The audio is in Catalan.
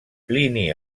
plini